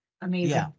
Amazing